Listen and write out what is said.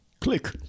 Click